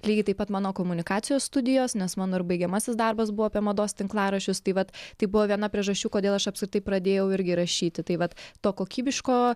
lygiai taip pat mano komunikacijos studijos nes mano ir baigiamasis darbas buvo apie mados tinklaraščius tai vat tai buvo viena priežasčių kodėl aš apskritai pradėjau irgi rašyti tai vat to kokybiško